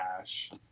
ash